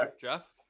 Jeff